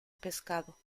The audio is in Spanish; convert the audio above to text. pescado